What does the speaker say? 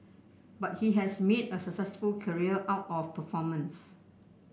but he has made a successful career out of performance